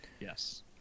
Yes